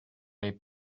les